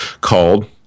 called